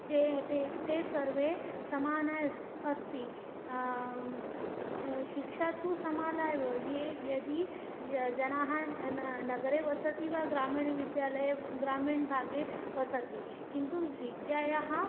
ते ते ते सर्वे समानाः अस् अस्ति शिक्षा तु समाना एव ये यदि जनाः न नगरे वसन्ति वा ग्रामीणविद्यालये ग्रामीणभागे वसन्ति किन्तु विद्यायाः